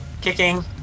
kicking